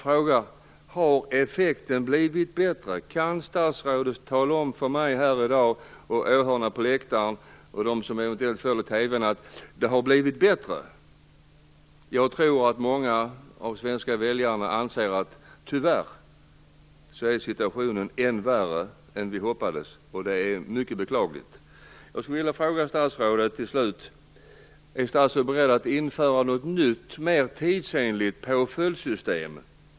Men kan statsrådet säga mig, åhörarna på läktarna och dem som eventuellt följer debatten på TV att det har blivit bättre? Jag tror att många av de svenska väljarna anser att situationen tyvärr är ännu värre än vi hoppades. Det är mycket beklagligt. Är statsrådet beredd att införa något nytt, mer tidsenligt påföljdssystem?